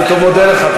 אני מודה לך.